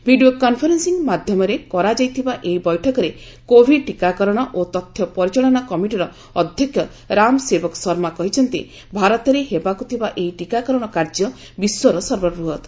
video conferencing ମାଧ୍ୟମରେ କରାଯାଇଥିବା ଏହି ବୈଠକରେ କୋଭିଡ୍ ଟୀକାକରଣ ଓ ତଥ୍ୟ ପରିଚାଳନା କମିଟିର ଅଧ୍ୟକ୍ଷ ରାମସେବକ ଶର୍ମା କହିଛନ୍ତି ଭାରତରେ ହେବାକୁ ଥିବା ଏହି ଟୀକାକରଣ କାର୍ଯ୍ୟ ବିଶ୍ୱର ସର୍ବବୃହତ୍